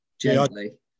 gently